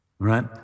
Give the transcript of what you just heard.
right